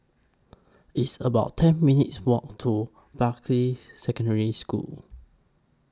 It's about ten minutes' Walk to Bartley Secondary School